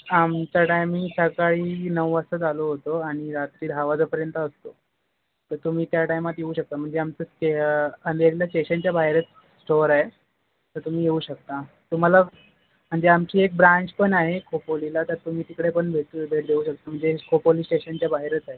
आमचा टायमिंग सकाळी नऊ वाजता चालू होतो आणि रात्री दहा वाजेपर्यंत असतो तर तुम्ही त्या टायमात येऊ शकता म्हणजे आमचं ते अंधेरीला स्टेशनच्या बाहेरच स्टोअर आहे तर तुम्ही येऊ शकता तुम्हाला म्हणजे आमची एक ब्रांच पण आहे खोपोलीला तर तुम्ही तिकडे पण भेट भेट देऊ शकता म्हणजे खोपोली स्टेशनच्या बाहेरच आहे